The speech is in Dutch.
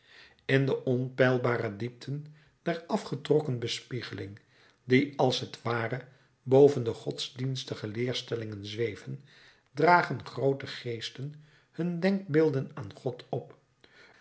in de onpeilbare diepten der afgetrokken bespiegeling die als t ware boven de godsdienstige leerstellingen zweven dragen groote geesten hun denkbeelden aan god op